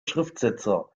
schriftsetzer